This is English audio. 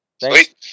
Thanks